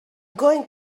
going